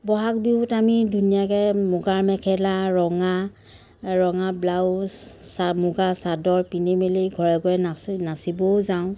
ব'হাগ বিহুত আমি ধুনীয়াকৈ মুগাৰ মেখেলা ৰঙা ৰঙা ব্লাউছ চা মুগাৰ চাদৰ পিন্ধি মেলি ঘৰে ঘৰে নাচোঁ নাচিবও যাওঁ